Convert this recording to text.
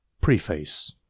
Preface